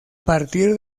partir